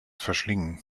verschlingen